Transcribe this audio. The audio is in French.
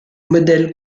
modèle